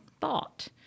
thought